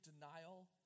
denial